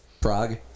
Prague